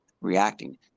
reacting